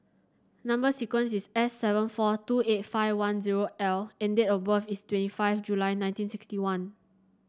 number sequence is S seven four two eight five one zero L and date of birth is twenty five July nineteen sixty one